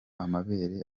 amabere